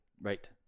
Right